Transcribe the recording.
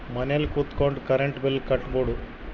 ಮನೆಲ್ ಕುತ್ಕೊಂಡ್ current bill ಕಟ್ಬೊಡು